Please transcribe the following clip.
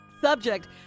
Subject